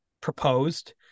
proposed